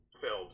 films